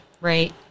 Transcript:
right